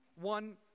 one